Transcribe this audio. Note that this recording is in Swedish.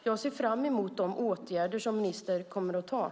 Jag ser fram emot de åtgärder som ministern kommer att vidta.